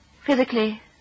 Physically